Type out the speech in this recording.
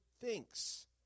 thinks